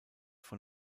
von